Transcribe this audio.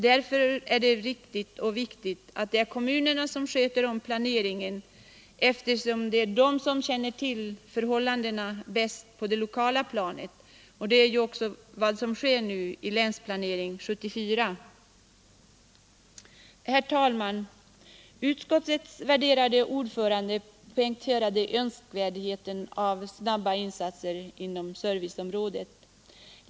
Det är riktigt och viktigt att det är kommunerna som sköter om planeringen, eftersom det är de som bäst känner till de lokala förhållandena. En sådan inställning kommer nu också till uttryck i Länsplanering 74. Herr talman! Utskottets värderade ordförande poängterade önskvärdheten av snabba insatser inom serviceområdet.